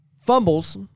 fumbles